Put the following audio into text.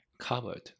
covered